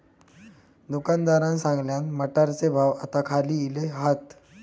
दुकानदारान सांगल्यान, मटारचे भाव आता खाली इले हात